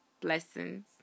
Blessings